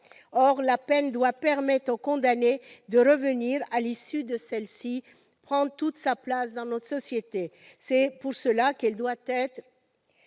Or la peine doit permettre au condamné de reprendre, à l'issue de celle-ci, toute sa place dans notre société. C'est pour cela qu'elle doit être